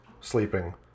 sleeping